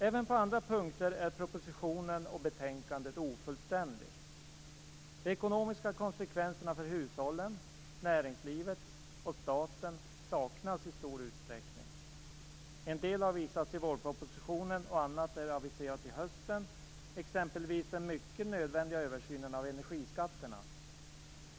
Även på andra punkter är propositionen och betänkandet ofullständiga. De ekonomiska konsekvenserna för hushållen, näringslivet och staten saknas i stor utsträckning. En del har visats i vårpropositionen och annat är aviserat till hösten, exempelvis den mycket nödvändiga översynen av energiskatterna.